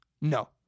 No